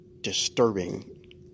disturbing